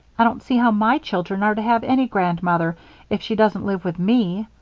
i don't see how my children are to have any grandmother if she doesn't live with me.